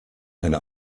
eine